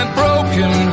broken